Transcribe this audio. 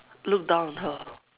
look down on her